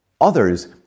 Others